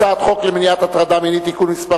הצעת חוק למניעת הטרדה מינית (תיקון מס'